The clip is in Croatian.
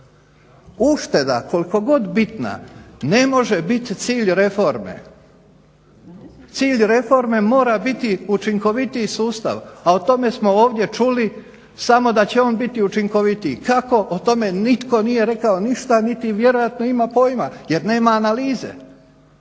Ušteda koliko god bitna ne može biti cilj reforme. Cilj reforme mora biti učinkovitiji sustav, a o tome smo ovdje čuli samo da će on biti učinkovitiji. Kako? O tome nitko nije rekao ništa niti vjerojatno ima pojma jer nema analize.